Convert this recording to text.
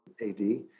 AD